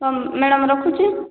ହଁ ମ୍ୟାଡ଼ାମ ରଖୁଛେ